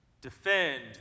Defend